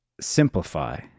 simplify